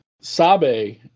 Sabe